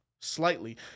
Slightly